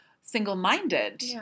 single-minded